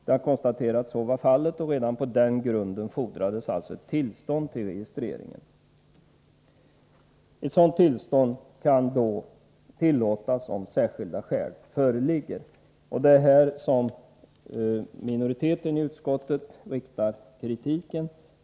Det har konstaterats att så var fallet, och redan på den grunden fordrades alltså ett tillstånd till registreringen. Ett sådant tillstånd kan beviljas om särskilda skäl föreligger. Det är mot dessa särskilda skäl som minoriteten i utskottet riktar kritik.